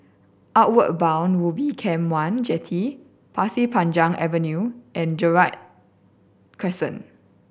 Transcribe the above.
Outward Bound Ubin Camp One Jetty Pasir Panjang Avenue and Gerald Crescent